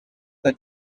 that